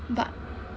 but